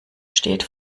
steht